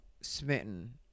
smitten